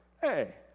hey